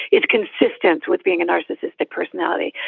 it's consistent with being a narcissistic personality.